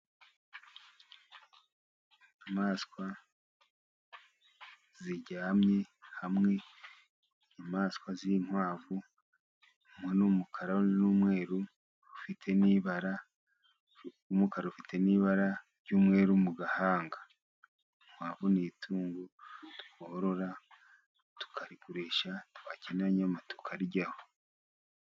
Inyamaswa ziryamye hamwe, inyamaswa z'inkwavu rumwe ni umukara n'umweru rufite n'ibara mu gahanga. Inkwavu ni itungo tworora tukarigurisha twakeneye inyama tukaryaho.